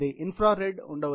infrared ఉండవచ్చు